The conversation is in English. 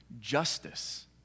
justice